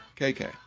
KK